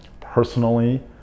personally